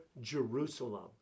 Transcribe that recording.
Jerusalem